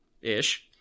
ish